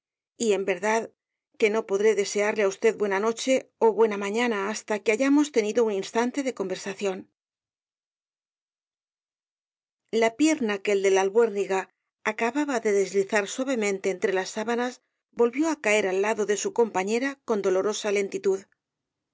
y en verdad que no podré desearle á usted buena noche ó buena mañana hasta que hayamos tenido un instante de conversación la pierna que el de la albuérniga acababa de deslizar suavemente entre las sábanas volvió á caer al lado de su compañera con dolorosa lentitud